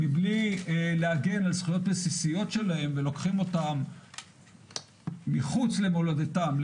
בלי להגן על זכויות הבסיסיות שלהם ולוקחים אותם מחוץ למולדתם,